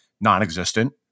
non-existent